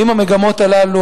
ואם המגמות הללו,